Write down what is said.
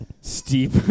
steep